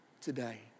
today